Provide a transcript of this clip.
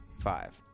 five